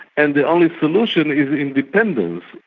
and the only solution is independence,